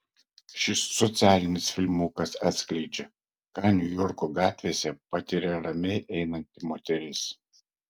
šis socialinis filmukas atskleidžia ką niujorko gatvėse patiria ramiai einanti moteris